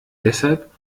deshalb